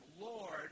Lord